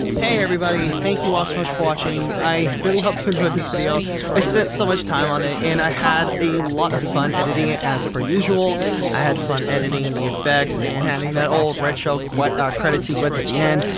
hey everybody, thank you all ah so much for watching. i really hope you enjoyed this video i spent so much time on it and i had a lot of fun editing it as per usual i had fun editing the effects and handing that old red shell quite credit sequence at the end.